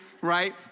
right